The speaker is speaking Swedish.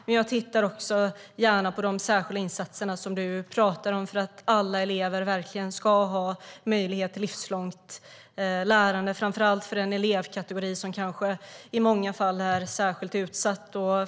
Men jag tittar också gärna på de särskilda insatser som du pratar om för att alla elever verkligen ska ha möjlighet till ett livslångt lärande, framför allt för den elevkategori som i många fall är särskilt utsatt.